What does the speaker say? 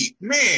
man